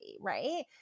Right